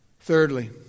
thirdly